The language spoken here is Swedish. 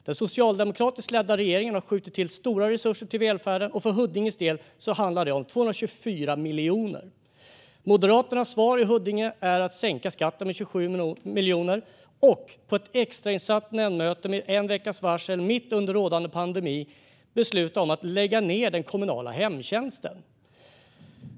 Den socialdemokratiskt ledda regeringen har skjutit till stora resurser till välfärden; för Huddinges del handlar det om 224 miljoner. Moderaternas svar i Huddinge är att sänka skatten med 27 miljoner och att på ett extrainsatt nämndmöte med en veckas varsel, mitt under rådande pandemi, besluta om att lägga ned den kommunala hemtjänsten.